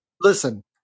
Listen